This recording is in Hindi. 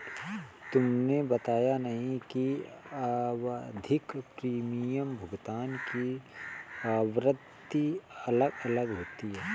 तुमने बताया नहीं कि आवधिक प्रीमियम भुगतान की आवृत्ति अलग अलग होती है